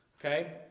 Okay